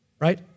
right